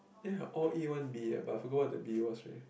ya all A one B eh but I forgot what the B was